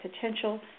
potential